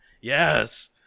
Yes